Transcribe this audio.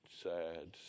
sad